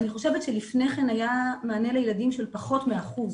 אני חושבת שלפני כן היה מענה לילדים של פחות מ-1%.